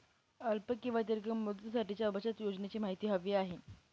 अल्प किंवा दीर्घ मुदतीसाठीच्या बचत योजनेची माहिती हवी आहे